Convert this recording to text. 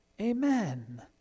Amen